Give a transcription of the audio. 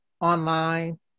online